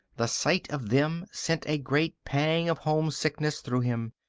the sight of them sent a great pang of homesickness through him.